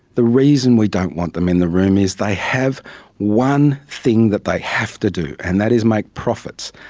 the reason we don't want them in the room is they have one thing that they have to do and that is make profits.